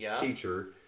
teacher